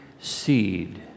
seed